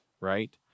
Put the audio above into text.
right